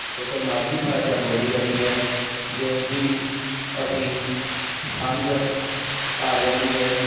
ਉੱਥੇ ਮਾਝੀ ਭਾਸ਼ਾ ਬੋਲੀ ਜਾਂਦੀ ਹੈ ਜਿਸ ਦੀ ਅਸੀਂ ਸਮਝ ਆ ਜਾਂਦੀ ਹੈ